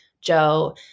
Joe